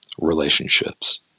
relationships